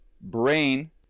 brain